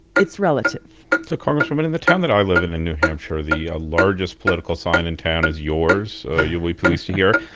it's relative so congresswoman, in the town that i live in in new hampshire, the ah largest political sign in town is yours. you'll be pleased to hear.